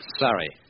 sorry